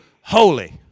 holy